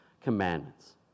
commandments